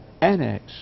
annex